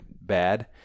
bad